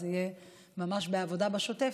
זה יהיה ממש בעבודה בשוטף,